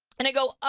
and i go,